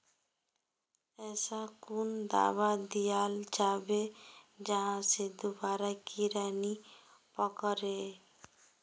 ऐसा कुन दाबा दियाल जाबे जहा से दोबारा कीड़ा नी पकड़े?